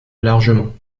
largement